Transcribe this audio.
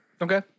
Okay